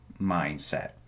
mindset